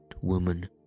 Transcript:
woman